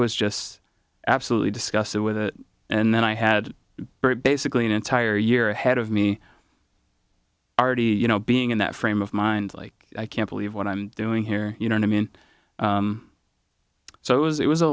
was just absolutely disgusted with it and then i had basically an entire year ahead of me already you know being in that frame of mind like i can't believe what i'm doing here you know i mean so it was it was a